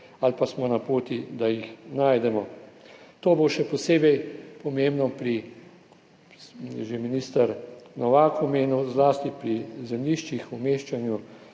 ali pa smo na poti, da jih najdemo. To bo še posebej pomembno, je že minister Novak omenil, zlasti pri zemljiščih, umeščanju